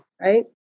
Right